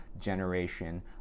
generation